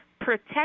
Protect